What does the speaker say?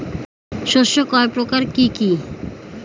শস্য কয় প্রকার কি কি?